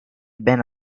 ben